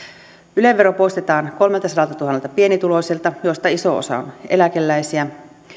yle vero poistetaan kolmeltasadaltatuhannelta pienituloiselta joista iso osa on eläkeläisiä